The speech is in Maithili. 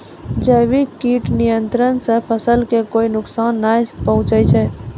जैविक कीट नियंत्रण सॅ फसल कॅ कोय नुकसान नाय पहुँचै छै